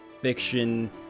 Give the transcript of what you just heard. fiction